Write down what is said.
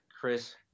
Chris